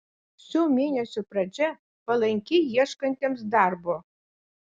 šio mėnesio pradžia palanki ieškantiems darbo